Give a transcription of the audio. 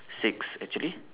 six actually